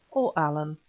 o allan,